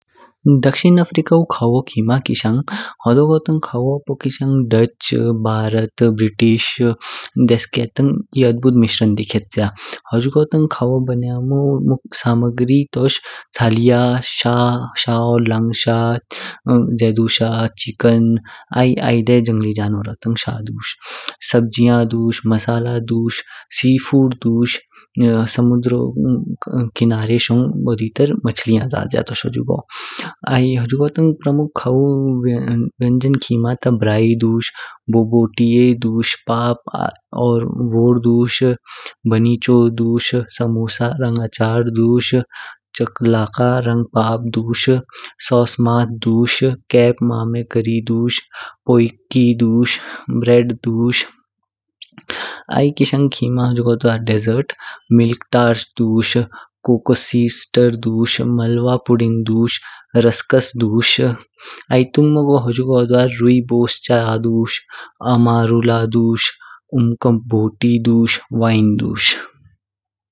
दक्षिण अफ्रीकाऊ खवू पू खीमा किशङ होडोगो तङ कवू पू किशङ डच, भारत, ब्रिटिश देसके तङ ई अद्भुत मिसङग दिखेच्य। हुजगो तङ खवू बन्यमो सामग्री तोष चलिया, शा, शाऊ लाङ शा, जेडु शा, चिकेन आइ आइडे जङली जनवारो तङ शा दुश। आइ सब्जिया दुश, मसाला दुश, सी फूड दुश, समुंदर किनारे शङ ज्यादा त्र मछलिया जज्या तोष हुजगो। आइ हुजगो तङ प्रमुख कवू व्यन्जन खीमा त तर ब्रायी दुश, बबोटिये दुश, प-ओ-दुर्र दुश, बानिचो दुश, समोसा रंग अचार दुश, षकला का रंग पाक दुश, सॉसमा दुश, कप-मा-पे-कारी दुश, पोयिकी दुश, ब्रेड दुश। आइ किशङ खीमा हुजगो द्वा डेसर्ट मिल्कटर दुश, कोकोसीस्टर दुश, माल्वा पुडिंग दुश, रस कस दुश। आइ तुङमगो हुजगो द्वा रूइबोस चा दुश, अमर उला दुश, अनकॉम्पोटी दुश, वाइन दुश।